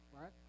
right